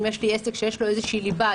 אם יש לי עסק שיש לו איזושהי ליבה,